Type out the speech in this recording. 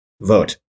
vote